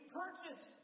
purchase